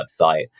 website